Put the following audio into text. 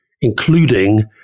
including